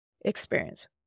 experience